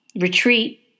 retreat